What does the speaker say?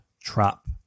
trap